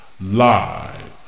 Live